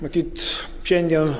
matyt šiandien